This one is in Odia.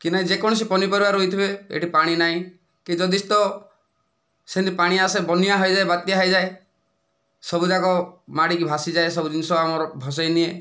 କି ନାହିଁ ଯେକୌଣସି ପନିପରିବା ରୋଇଥିବେ ଏଇଠି ପାଣି ନାହିଁ କି ଜଦି ତ ସେମିତି ପାଣି ଆସେ ବନ୍ୟା ହୋଇଯାଏ ବାତ୍ୟା ହୋଇଯାଏ ସବୁଯାକ ମାଡ଼ିକି ଭାସିଯାଏ ସବୁ ଜିନିଷ ଆମର ଭସେଇ ନିଏ